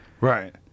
right